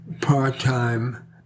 part-time